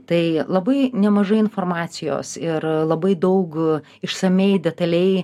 tai labai nemažai informacijos ir labai daug išsamiai detaliai